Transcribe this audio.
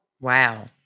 Wow